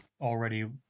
already